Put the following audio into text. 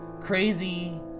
crazy